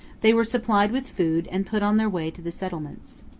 they were supplied with food and put on their way to the settlements.